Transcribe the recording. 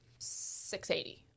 680